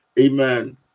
amen